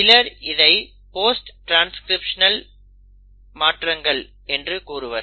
சிலர் இதை post transcriptional மாற்றங்கள் என்று கூறுவர்